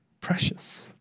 precious